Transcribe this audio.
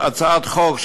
או הצעת חוק,